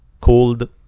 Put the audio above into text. cold